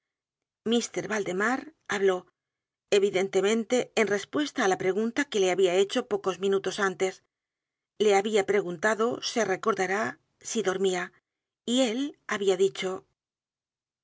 mr valdemar habló evidentemente en respuesta á la pregunta que le había hecho pocos minutos antes le había preguntado se recordará si dormía y él había dicho